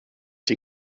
die